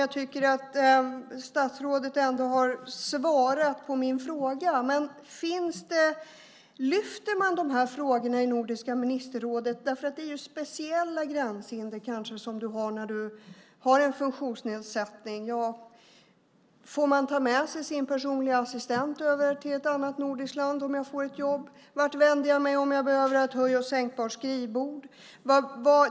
Jag tycker att statsrådet ändå har svarat på min fråga i interpellationen, men lyfter man fram de här frågorna i Nordiska ministerrådet? Det blir ju speciella gränshinder för människor med funktionsnedsättning. Får man ta med sig sin personliga assistent över till ett annat nordiskt land om man får ett jobb? Vart vänder jag mig om jag behöver ett höj och sänkbart skrivbord?